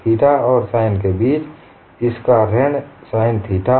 theta और x दिशा के बीच इसका ऋण sin थीटा